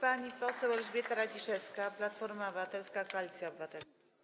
Pani poseł Elżbieta Radziszewska, Platforma Obywatelska - Koalicja Obywatelska.